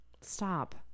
stop